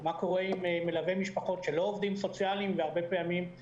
מה קורה עם מלווי משפחות שהם לא עובדים סוציאליים והרבה פעמים הם